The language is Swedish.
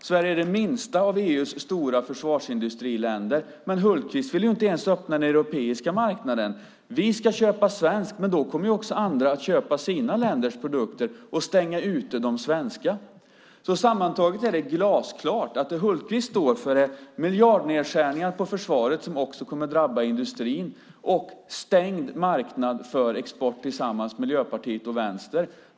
Sverige är det minsta av EU:s stora försvarsindustriländer, men Hultqvist vill inte ens öppna den europeiska marknaden. Vi ska köpa svenskt. Men då kommer ju också andra att köpa sina länders produkter och stänga ute de svenska. Sammantaget är det alltså glasklart att det Hultqvist står för är miljardnedskärningar på försvaret, vilket kommer att drabba också industrin, och tillsammans med Miljöpartiet och Vänstern en stängd marknad för export.